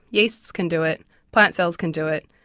yeasts can do it, plant cells can do it,